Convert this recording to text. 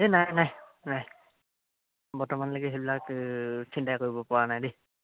এই নাই নাই নাই বৰ্তমানলৈকে সেইবিলাক চিন্তাই কৰিবপৰা নাই দেই